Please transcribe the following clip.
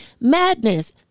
madness